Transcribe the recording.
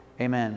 Amen